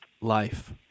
life